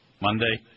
Monday